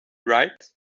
right